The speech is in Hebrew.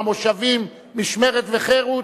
מהמושבים משמרת וחרות,